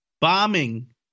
bombing